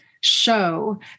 show